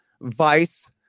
Vice